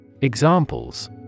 Examples